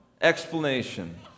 explanation